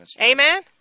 Amen